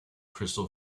crystal